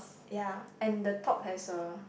ya and the top has a